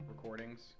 recordings